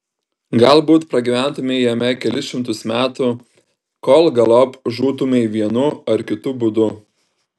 galbūt pragyventumei jame kelis šimtus metų kol galop žūtumei vienu ar kitu būdu